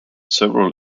several